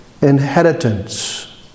inheritance